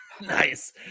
nice